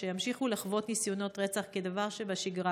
ימשיכו לחוות ניסיונות רצח כדבר שבשגרה